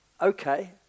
okay